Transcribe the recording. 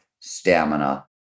stamina